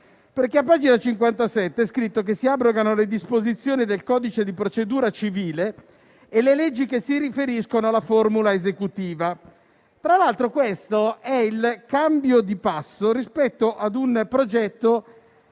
Infatti a pagina 58 è scritto che: «si abrogano le disposizioni del codice di procedura civile» e le leggi che si riferiscono alla formula esecutiva. Tra l'altro questo è un cambio di passo rispetto al progetto